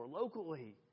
locally